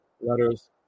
Letters